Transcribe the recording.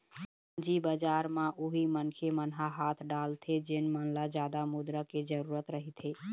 पूंजी बजार म उही मनखे मन ह हाथ डालथे जेन मन ल जादा मुद्रा के जरुरत रहिथे